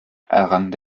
errang